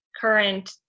current